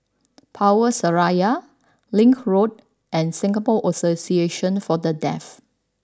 Power Seraya Link Road and Singapore Association for the deaf